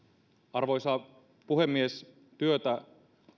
arvoisa puhemies työtä